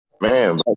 Man